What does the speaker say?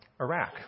Iraq